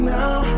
now